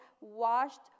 washed